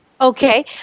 Okay